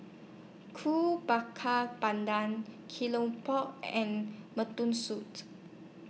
Ko Bakar Pandan Keropok and Mutton suit